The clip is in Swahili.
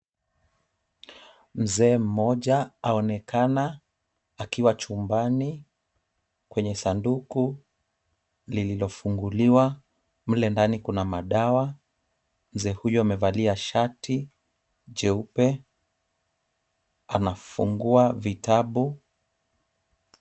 Mzee mmoja aonekana akiwa chumbani kwenye sanduku lililofunguliwa. Mle ndani kuna madawa. Mzee huyu amevalia shati jeupe, anafungua vitabu.